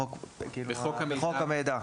בחוק המידע.